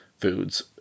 foods